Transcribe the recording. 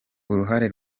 uruhare